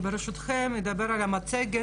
ברשותכם אני אדבר על המצגת,